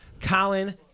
Colin